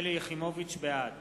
(קורא בשמות חברי הכנסת) שלי יחימוביץ, בעד